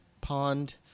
pond